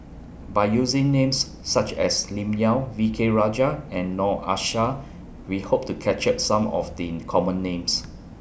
By using Names such as Lim Yau V K Rajah and Noor Aishah We Hope to capture Some of The Common Names